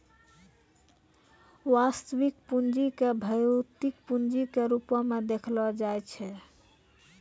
वास्तविक पूंजी क भौतिक पूंजी के रूपो म देखलो जाय छै